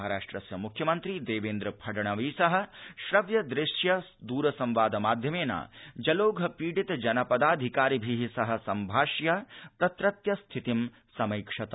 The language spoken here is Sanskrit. महाराष्ट्रस्य मुख्यमन्त्री देवेन्द्र फडणवीस श्रव्य दृश्य दूरसंवाद माध्यमेन जलौघपीडित जनपदाधिकारिभि सह संभाष्य तत्रत्य स्थितिं समैक्षत